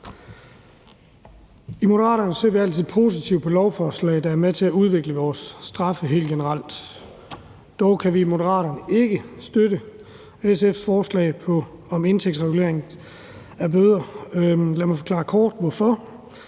I Moderaterne ser vi altid positivt på lovforslag, der er med til at udvikle vores straffe helt generelt. Dog kan vi i Moderaterne ikke støtte SF's forslag om indtægtsregulering af bøder. Lad mig forklare kort hvorfor.